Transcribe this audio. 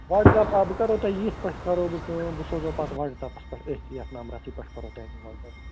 واٹٕس app آ بہٕ کَرہو تۄہہِ ییٚتھۍ پٮ۪ٹھ کَرہو بہٕ کٲم بہٕ سوزہو پتہٕ واٹٕس ایپس پٮ۪ٹھ أتھۍ یِتھ نمبرسٕے پٮ۪ٹھ کَرہو تۄہہِ بہٕ واٹٕس ایپ